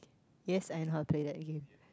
yes I know how to play that game